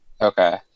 Okay